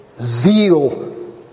zeal